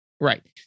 right